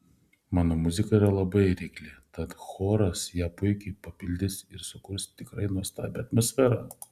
mano muzika yra labai reikli tad choras ją puikiai papildys ir sukurs tikrai nuostabią atmosferą